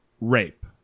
rape